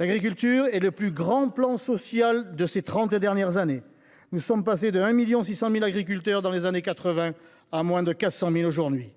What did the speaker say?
L’agriculture a connu le plus grand plan social de ces trente dernières années. Nous sommes passés de 1,6 million d’agriculteurs dans les années 1980 à moins de 400 000 aujourd’hui.